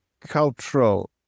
cultural